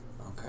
okay